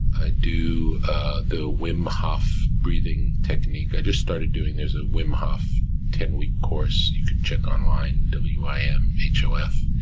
i do the wim hof breathing technique. i just started doing, there's a wim hof ten-week course. you can check online, w, i, m, h, ah o,